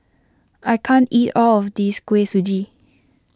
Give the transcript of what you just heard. I can't eat all of this Kuih Suji